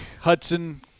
Hudson